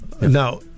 now